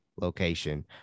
location